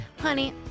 Honey